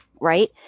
right